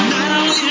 Now